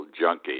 junkie